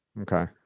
okay